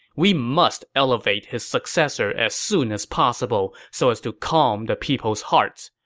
we must elevate his successor as soon as possible so as to calm the people's hearts.